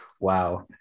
Wow